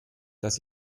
dass